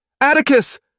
Atticus